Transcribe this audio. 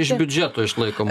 iš biudžeto išlaikomų